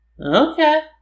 Okay